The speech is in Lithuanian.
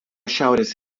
šiaurės